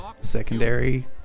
secondary